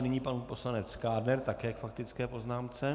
Nyní pan poslanec Kádner, také k faktické poznámce.